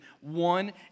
one